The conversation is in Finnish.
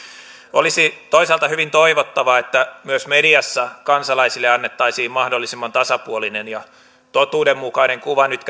olisi toisaalta hyvin toivottavaa että myös mediassa kansalaisille annettaisiin mahdollisimman tasapuolinen ja totuudenmukainen kuva nyt